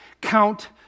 count